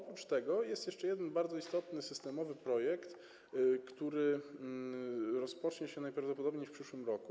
Poza tym jest jeszcze jeden bardzo istotny, systemowy projekt, który rozpocznie się najprawdopodobniej w przyszłym roku.